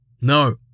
No